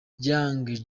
young